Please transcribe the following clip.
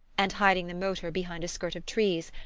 and, hiding the motor behind a skirt of trees,